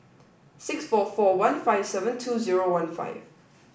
six four four one five seven two zero one five